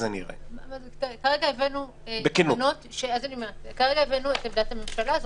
כרגע הבאנו את עמדת הממשלה.